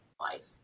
life